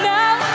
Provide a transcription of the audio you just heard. now